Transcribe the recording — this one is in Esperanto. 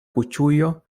kuŝujo